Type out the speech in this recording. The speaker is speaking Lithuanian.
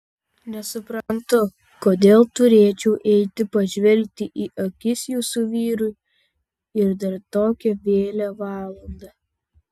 nesuprantu kodėl turėčiau eiti pažvelgti į akis jūsų vyrui ir dar tokią vėlią valandą